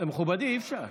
מכובדי, אי-אפשר.